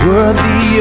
Worthy